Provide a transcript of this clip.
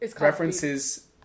references